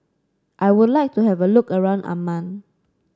I would like to have a look around Amman